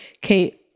Kate